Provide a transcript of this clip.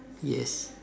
yes